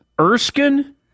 Erskine